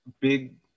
big